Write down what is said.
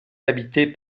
habitée